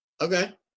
Okay